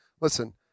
Listen